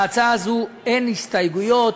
להצעה זו אין הסתייגויות,